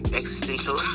existential